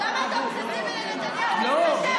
קטי,